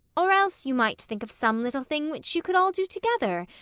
or else you might think of some little thing which you could all do together,